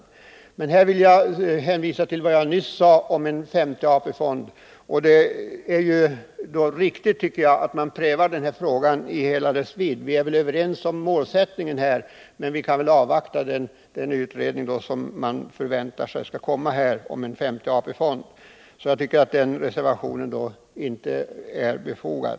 På denna punkt vill jag hänvisa till vad jag nyss sade om en femte AP-fond. Det är, enligt min mening, riktigt att pröva frågan i hela dess vidd. Vi är väl överens om målsättningen, men vi bör avvakta utredningen om en femte AP-fond. Därför anser jag att den här reservationen inte är befogad.